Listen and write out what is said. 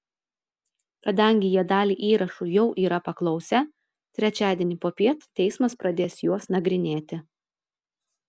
kadangi jie dalį įrašų jau yra paklausę trečiadienį popiet teismas pradės juos nagrinėti